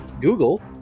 Google